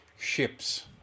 Ships